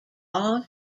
are